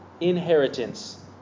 inheritance